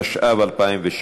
התשע"ו 2016,